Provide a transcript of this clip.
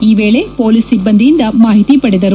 ಈ ವೇಳೆ ಪೊಲೀಸ್ ಸಿಬ್ಲಂದಿಯಿಂದ ಮಾಹಿತಿ ಪಡೆದರು